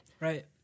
Right